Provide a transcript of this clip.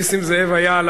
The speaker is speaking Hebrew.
נסים זאב היה,